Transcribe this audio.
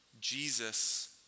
Jesus